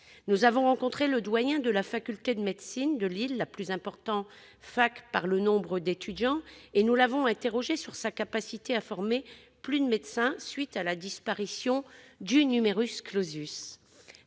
Nous avons rencontré le doyen de la faculté de médecine de Lille, la plus importante par le nombre d'étudiants, et l'avons interrogé sur sa capacité à former plus de médecins à la suite de la disparition du. Sa